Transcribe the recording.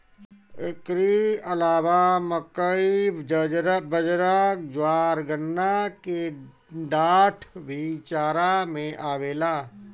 एकरी अलावा मकई, बजरा, ज्वार, गन्ना के डाठ भी चारा में आवेला